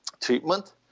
treatment